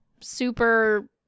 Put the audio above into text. super